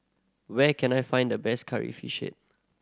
where can I find the best Curry Fish Head